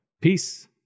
Peace